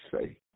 say